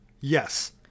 Yes